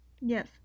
Yes